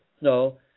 No